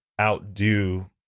outdo